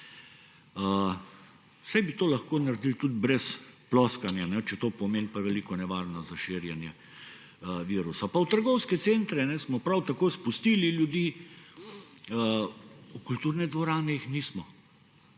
Saj bi to lahko naredili tudi brez ploskanja, če to pomeni preveliko nevarnost za širjenje virusa. Pa v trgovske centre smo prav tako spustili ljudi, v kulturne dvorane jih nismo.